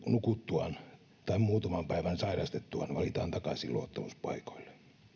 yli nukuttuaan tai muutaman päivän sairastettuaan valitaan takaisin luottamuspaikoille